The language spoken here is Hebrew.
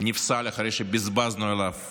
נפסל אחרי שבזבזנו עליו